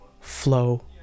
flow